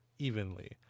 evenly